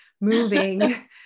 moving